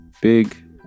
big